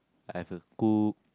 I have a cook